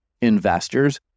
investors